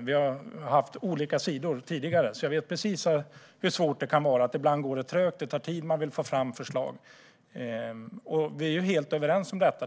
Vi har haft olika sidor tidigare, så jag vet precis hur svårt det kan vara. Ibland går det trögt och tar tid när man vill få fram förslag. Vi är helt överens om detta.